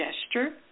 gesture